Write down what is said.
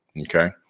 okay